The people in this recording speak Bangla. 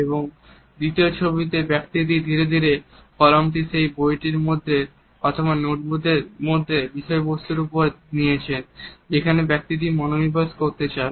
এবং দ্বিতীয় ছবিতে ব্যক্তিটি ধীরে ধীরে কলমটি কে বইটিটির মধ্যে অথবা নোটবুক এর মধ্যে বিষয়বস্তুর উপর নিয়ে এসেছেন যেখানে ব্যক্তিটি মনোনিবেশ করতে চান